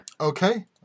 Okay